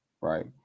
right